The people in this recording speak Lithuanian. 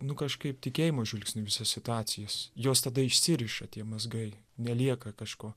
nu kažkaip tikėjimo žvilgsniu į visas situacijas jos tada išsiriša tie mazgai nelieka kažko